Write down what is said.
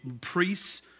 priests